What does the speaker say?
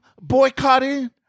boycotting